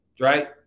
right